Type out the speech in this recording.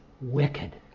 wicked